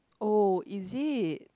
oh is it